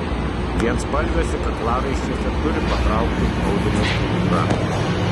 vienspalviuose kaklaraiščiuose turi patraukti audinio struktūra